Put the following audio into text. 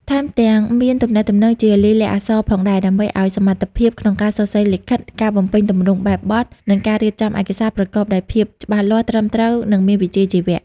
ថែមទាំងមាន ទំនាក់ទំនងជាលាយលក្ខណ៍អក្សរផងដែរ ដើម្បីអោយសមត្ថភាពក្នុងការសរសេរលិខិត ការបំពេញទម្រង់បែបបទ និងការរៀបចំឯកសារប្រកបដោយភាពច្បាស់លាស់ ត្រឹមត្រូវ និងមានវិជ្ជាជីវៈ។